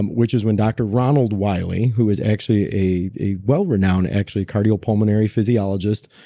and which is when dr. ronald wiley who is actually a wellrenowned actually cardiopulmonary physiologist,